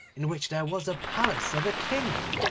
in which there was a palace of a king.